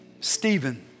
Stephen